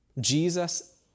Jesus